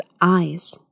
eyes